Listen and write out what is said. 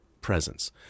presence